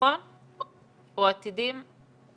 או עתידים?